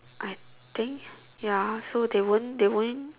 I think ya so they won't they won't